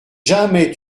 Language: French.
jamais